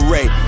Ray